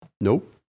Nope